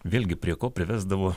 vėlgi prie ko privesdavo